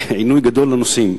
עינוי גדול לנוסעים.